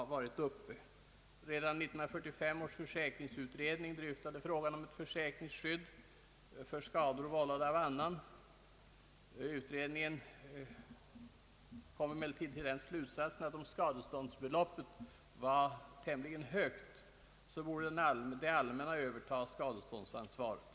Redan 1943 års försäkringsutredning dryftade frågan om försäkringsskydd för skador vållade av annan, men utredningen kom till den slutsatsen att om skadeståndsbeloppet var tämligen högt borde det allmänna överta skadeståndsansvaret.